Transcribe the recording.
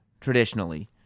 traditionally